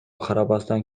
карабастан